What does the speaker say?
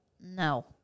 No